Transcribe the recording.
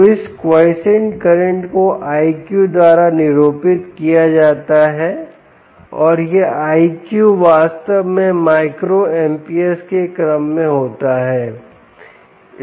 तो इस quiescent current को Iq द्वारा निरूपित किया जाता है और यह Iq वास्तव में माइक्रो एम्प्स के क्रम में होता है